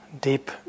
deep